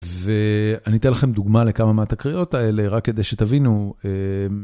ואני אתן לכם דוגמה לכמה מהתקריות האלה, רק כדי שתבינו.